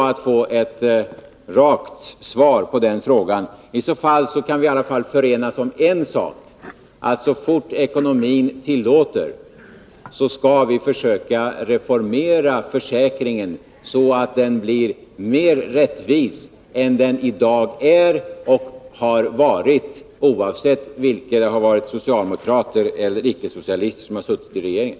Om svaret blir att socialdemokraterna anser att vi behöver en allmän arbetslöshetsförsäkring, kan vi i alla fall förenas om en sak: Så fort ekonomin tillåter, skall vi försöka reformera försäkringen, så att den blir mer rättvis än den i dag är — och har varit, oavsett om det har varit socialdemokrater eller icke-socialister som har suttit i regeringen.